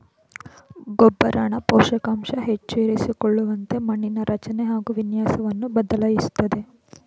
ಗೊಬ್ಬರನ ಪೋಷಕಾಂಶ ಹೆಚ್ಚು ಇರಿಸಿಕೊಳ್ಳುವಂತೆ ಮಣ್ಣಿನ ರಚನೆ ಹಾಗು ವಿನ್ಯಾಸವನ್ನು ಬದಲಾಯಿಸ್ತದೆ